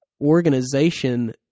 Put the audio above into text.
organization